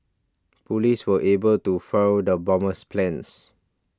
police were able to foil the bomber's plans